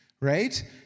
Right